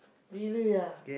really ah